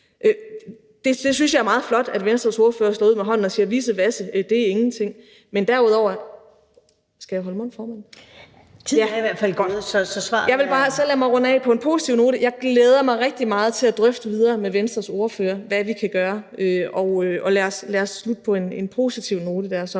Jeg synes, det er meget flot, at Venstres ordfører slår ud med hånden og siger: Vissevasse, det er ingenting. Jeg kan se på formanden, at jeg skal til at holde mund, fordi tiden er gået, så lad mig runde af på en positiv note: Jeg glæder mig rigtig meget til at drøfte videre med Venstres ordfører om, hvad vi kan gøre. Så lad os slutte på en positiv note for at